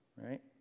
Right